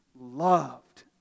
loved